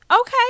Okay